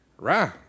Right